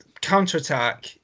counterattack